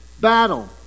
battle